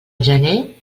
gener